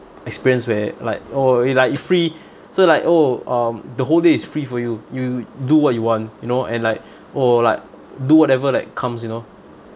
experience where like oh it like it free so like oh um the whole day is free for you you do what you want you know and like oh like do whatever like comes you know